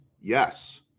Yes